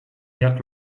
jak